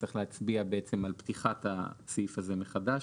צריך להצביע בעצם על פתיחת הסעיף הזה מחדש,